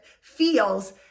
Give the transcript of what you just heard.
feels